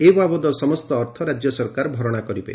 ଏ ବାବଦ ସମ୍ଠ ଅର୍ଥ ରାଜ୍ୟ ସରକାର ଭରଣା କରିବେ